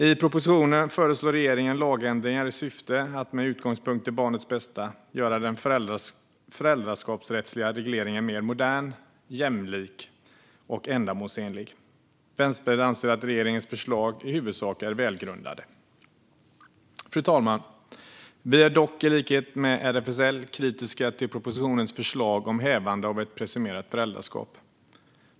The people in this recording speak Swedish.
I propositionen föreslår regeringen lagändringar i syfte att med utgångspunkt i barnets bästa göra den föräldraskapsrättsliga regleringen mer modern, jämlik och ändamålsenlig. Vänsterpartiet anser att regeringens förslag i huvudsak är välgrundade. Fru talman! Vi är dock i likhet med RFSL kritiska till propositionens förslag om hävande av ett presumerat föräldraskap.